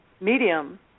medium